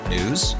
News